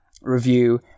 review